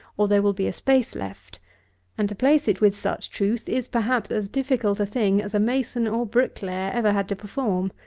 or there will be a space left and to place it with such truth is, perhaps, as difficult a thing as a mason or bricklayer ever had to perform.